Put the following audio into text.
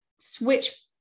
switch